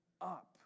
up